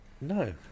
no